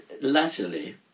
latterly